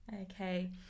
okay